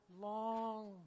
long